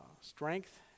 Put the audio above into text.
strength